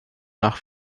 nach